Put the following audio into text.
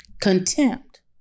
contempt